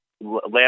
last